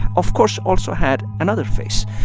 of course, also had another face.